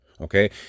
Okay